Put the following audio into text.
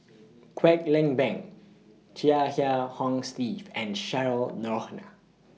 Kwek Leng Beng Chia Kiah Hong Steve and Cheryl Noronha